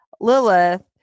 Lilith